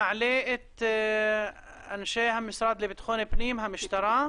נעלה את אנשי המשרד לביטחון פנים, המשטרה.